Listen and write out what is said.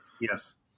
Yes